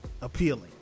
appealing